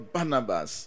Barnabas